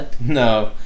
no